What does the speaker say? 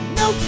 no